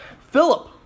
Philip